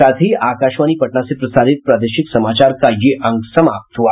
इसके साथ ही आकाशवाणी पटना से प्रसारित प्रादेशिक समाचार का ये अंक समाप्त हुआ